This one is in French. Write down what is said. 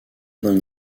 d’un